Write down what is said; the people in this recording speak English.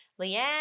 Leanne